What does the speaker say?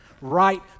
right